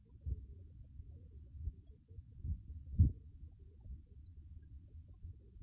எனவே நான் என்ன செய்கிறேன் இடையில் 4 கேட் தாமதங்கள் உள்ள 2 ஃபிளிப் ஃப்ளாப்புகள் இந்த ஃபிளிப் ஃப்ளாப்புகளை கடந்து இங்கே வைக்கவும்